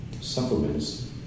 supplements